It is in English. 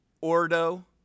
ordo